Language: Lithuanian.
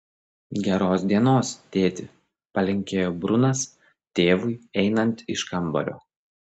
geros dienos tėti palinkėjo brunas tėvui einant iš kambario